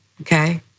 okay